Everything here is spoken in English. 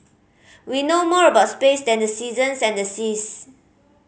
we know more about space than the seasons and the seas